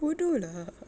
bodoh lah